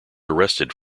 arrested